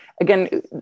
again